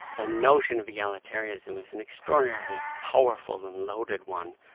the notion of egalitarianism is an extraordinarily powerful and loaded one.